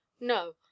No